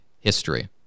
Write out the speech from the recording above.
history